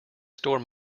store